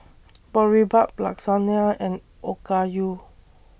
Boribap Lasagna and Okayu